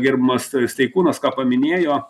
gerbiamas steikūnas ką paminėjo